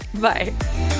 Bye